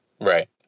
Right